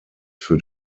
für